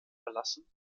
verlassen